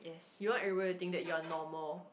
you want everybody to think that you are normal